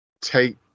Take